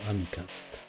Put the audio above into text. AmiCast